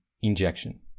injection